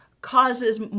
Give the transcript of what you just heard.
causes